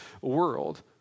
world